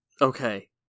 okay